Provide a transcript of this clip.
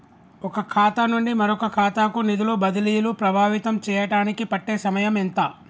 ఒక ఖాతా నుండి మరొక ఖాతా కు నిధులు బదిలీలు ప్రభావితం చేయటానికి పట్టే సమయం ఎంత?